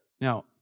Now